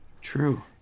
True